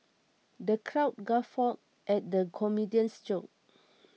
the crowd guffawed at the comedian's jokes